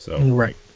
Right